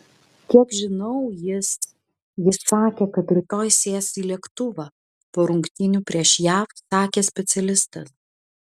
kiek žinau jis jis sakė kad rytoj sės į lėktuvą po rungtynių prieš jav sakė specialistas